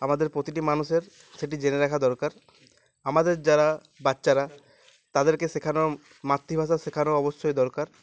আমাদের প্রতিটি মানুষের সেটি জেনে রাখা দরকার আমাদের যারা বাচ্চারা তাদেরকে শেখানো মাতৃভাষা শেখানো অবশ্যই দরকার